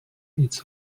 its